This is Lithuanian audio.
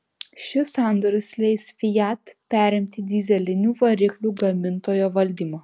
šis sandoris leis fiat perimti dyzelinių variklių gamintojo valdymą